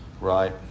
right